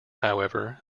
however